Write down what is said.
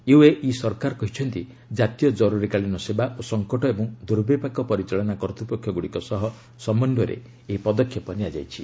UAE ସରକାର କହିଛନ୍ତି ଜାତୀୟ ଜରୁରିକାଳୀନ ସେବା ଓ ସଂକଟ ଏବଂ ଦୁର୍ବିପାକ ପରିଚାଳନା କର୍ତ୍ତ୍ୱପକ୍ଷଗୁଡ଼ିକ ସହ ସମନ୍ୱୟରେ ଏହି ପଦକ୍ଷେପ ନିଆଯାଇଛି